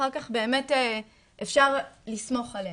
אחר כך באמת אפשר לסמוך עליהם.